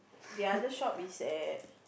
the other shop is at